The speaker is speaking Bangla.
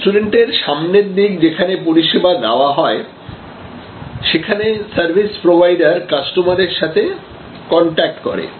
রেস্টুরেন্টের সামনের দিক যেখানে পরিষেবা দেওয়া হয় যেখানে সার্ভিস প্রোভাইডার কাস্টমারের সাথে কন্টাক্ট করে